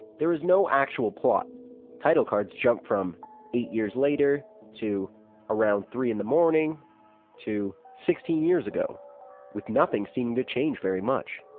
there is no actual plot title cards jump from eight years later to around three in the morning to sixteen years ago with nothing seeming to change very much.